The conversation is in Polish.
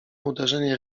uderzenie